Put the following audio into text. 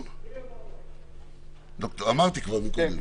אני רוצה פה בזמן קצר להשיב לכמה מטיעוני